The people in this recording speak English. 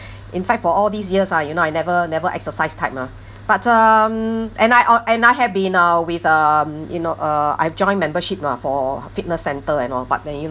in fact for all these years ah you know I never never exercise type ah but um and I o~ and I have been uh with um you know uh I've joined membership mah for fitness centre and all but then you